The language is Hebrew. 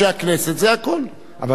ואז אתה נותן לו בצו לקבוע מתי.